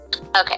okay